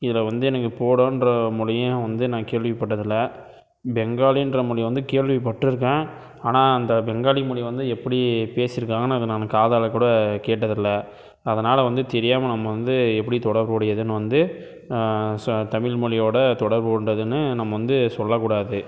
இதில் வந்து எனக்கு போடோங்ற மொழியும் வந்து நான் கேள்விப்பட்டதில்லை பெங்காலிங்ற மொழி வந்து கேள்விப்பட்டிருக்கேன் ஆனால் அந்த பெங்காலி மொழி வந்து எப்படி பேசியிருக்காங்கனு நான் அதை நான் காதால் கூட கேட்டதில்லை அதனால் வந்து தெரியாமல் நம்ம வந்து எப்படி தொடர்புடையதுன்னு வந்து சொ தமிழ் மொழியோட தொடர்பு கொண்டதுன்னு நம்ம வந்து சொல்லக்கூடாது